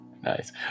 Nice